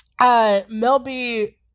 Melby